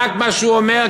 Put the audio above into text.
רק מה שהוא אומר,